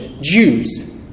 Jews